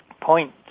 point